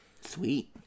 Sweet